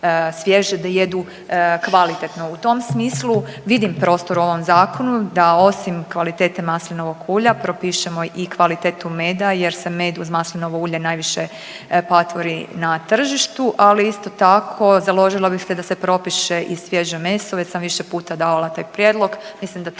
svježe, da jedu kvalitetno. U tom smislu vidim prostor u ovom zakonu da osim kvalitete maslinovog ulja propišemo i kvalitetu meda jer se med uz maslinovo ulje najviše patvori na tržištu, ali isto tako založila bih se da se propiše i svježe meso, već sam više puta davala taj prijedlog,